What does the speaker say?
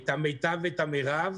נמצא?